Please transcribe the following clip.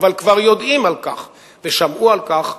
אבל כבר יודעים על כך ושמעו על כך,